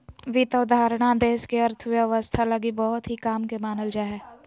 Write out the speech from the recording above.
वित्त अवधारणा देश के अर्थव्यवस्था लगी बहुत ही काम के मानल जा हय